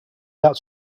that